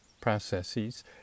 processes